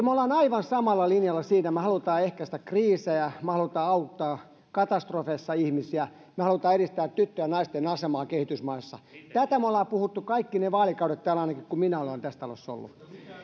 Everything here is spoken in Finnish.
me olemme aivan samalla linjalla siinä että me haluamme ehkäistä kriisejä me haluamme auttaa katastrofeissa ihmisiä me haluamme edistää tyttöjen ja naisten asemaa kehitysmaissa tätä me olemme puhuneet ainakin kaikki ne vaalikaudet kun minä olen tässä talossa ollut